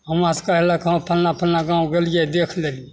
अऽ हुआँ से कहलक हँ फल्लाँ फल्लाँ गाम गेलिए देखि लेलिए